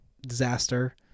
disaster